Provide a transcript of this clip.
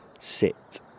sit